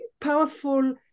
powerful